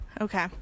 Okay